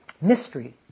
mystery